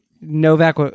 Novak